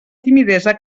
timidesa